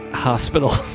hospital